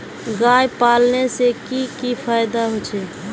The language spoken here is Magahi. गाय पालने से की की फायदा होचे?